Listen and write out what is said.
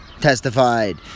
testified